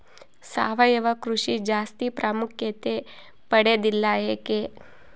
ಸಾವಯವ ಕೃಷಿ ಜಾಸ್ತಿ ಪ್ರಾಮುಖ್ಯತೆ ಪಡೆದಿಲ್ಲ ಯಾಕೆ?